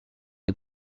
les